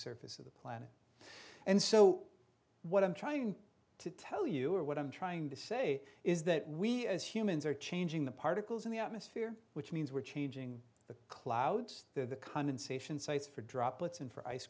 surface of the planet and so what i'm trying to tell you or what i'm trying to say is that we as humans are changing the particles in the atmosphere which means we're changing the clouds the condensation sites for droplets and for ice